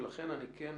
ולכן אני כן,